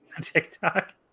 TikTok